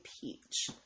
Peach